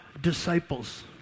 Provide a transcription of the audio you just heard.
disciples